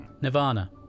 Nirvana